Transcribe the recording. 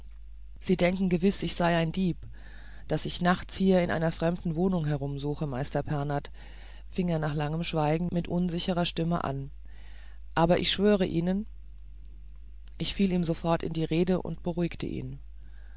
sie denken gewiß ich sei ein dieb daß ich nachts hier in einer fremden wohnung herumsuche meister pernath fing er nach langem schweigen mit unsicherer stimme an aber ich schwöre ihnen ich fiel ihm sofort in die rede und beruhigte ihn